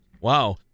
Wow